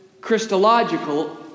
Christological